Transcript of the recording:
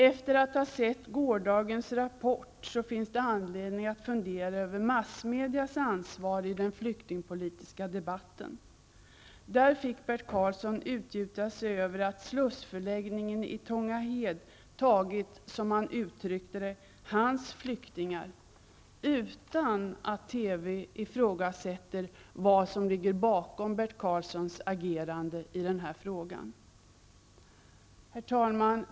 Efter att ha sett gårdagens Rapport finns det anledning att fundera över massmedias ansvar i den flyktingpolitiska debatten. I Rapport fick Bert Karlsson utgjuta sig över att slussförläggningen i Tånga Hed tagit som han uttryckte det ''hans flyktingar'' utan att TV ifrågasätter vad som ligger bakom Bert Karlssons agerande i den här frågan. Herr talman!